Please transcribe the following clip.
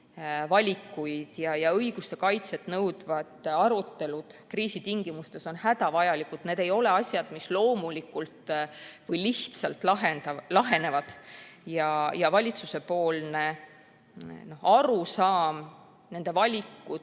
valikuid ja õiguste kaitset nõudvad arutelud on kriisi tingimustes hädavajalikud. Need ei ole asjad, mis loomulikult või lihtsalt lahenevad. Valitsuse arusaam nende valikute